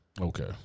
Okay